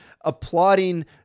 applauding